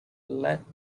let